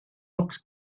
looks